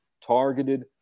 targeted